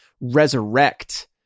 resurrect